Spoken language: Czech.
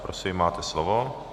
Prosím, máte slovo.